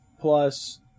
plus